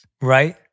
right